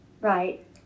right